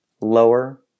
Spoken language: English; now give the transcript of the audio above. lower